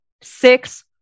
Six